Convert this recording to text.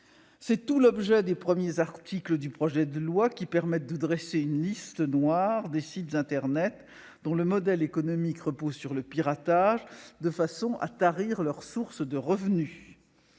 C'est tout l'objet des premiers articles du projet de loi, qui permettent de dresser une liste noire des sites internet dont le modèle économique repose sur le piratage, de façon à tarir leurs sources de revenus.